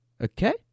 Okay